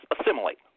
assimilate